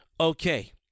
Okay